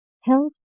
Health